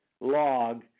log